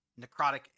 necrotic